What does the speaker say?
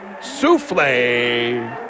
Souffle